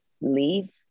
leave